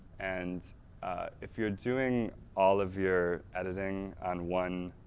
and if you're doing all of your editing on one